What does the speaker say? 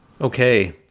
Okay